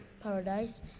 paradise